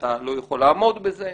אתה לא יכול לעמוד בזה,